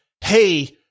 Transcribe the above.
hey